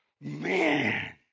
Man